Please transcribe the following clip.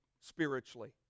spiritually